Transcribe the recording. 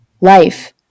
life